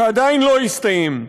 שעדיין לא הסתיים,